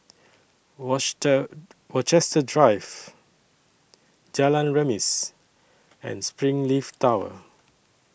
Rochester Drive Jalan Remis and Springleaf Tower